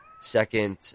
second